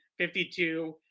52